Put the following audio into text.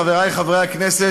חברי חברי הכנסת,